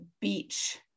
beach